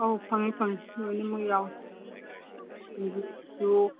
ꯑꯧ ꯐꯪꯉꯦ ꯐꯪꯉꯦ ꯂꯣꯏꯅꯃꯛ ꯌꯥꯎꯋꯦ